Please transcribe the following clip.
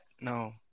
No